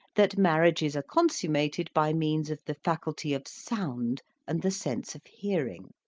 that marriages are consummated by means of the faculty of sound and the sense of hearing.